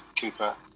Cooper